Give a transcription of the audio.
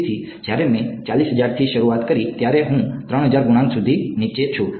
તેથી જ્યારે મેં 40000 થી શરૂઆત કરી ત્યારે હું 3000 ગુણાંક સુધી નીચે છું